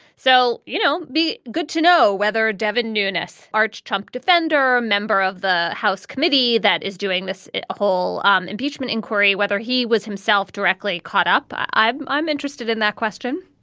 so, you know, be good to know whether devin newness, art trump defender or a member of the house committee that is doing this whole um impeachment inquiry, whether he was himself directly caught up i'm i'm interested in that question,